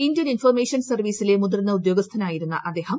Indian information സർവ്വീസിലെ മുതിർന്ന ഉദ്യോഗസ്ഥനായിരുന്ന അദ്ദേഹം